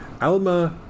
Alma